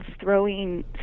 throwing